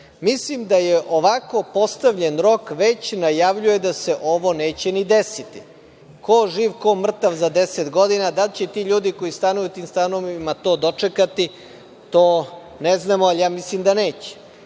Mislim da ovako postavljen rok već najavljuje da se ovo neće ni desiti. Ko živ, ko mrtav za deset godina. Da li će ti ljudi koji stanuju u tim stanovima to dočekati, to ne znamo, ali ja mislim da neće.